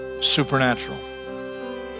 supernatural